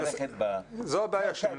ללכת בדרך שלו.